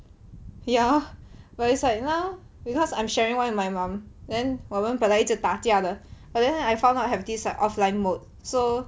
ya but it's like now because I'm sharing with my mum then 我们本来就打架的 but then I found out have this offline mode so